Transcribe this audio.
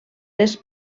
les